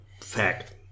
Fact